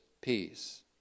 peace